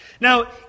Now